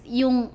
yung